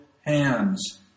hands